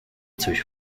coś